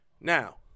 Now